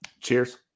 Cheers